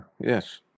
yes